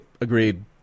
Agreed